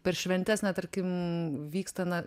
per šventes na tarkim vyksta na